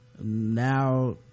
now